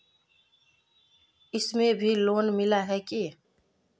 इसमें भी लोन मिला है की